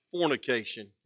fornication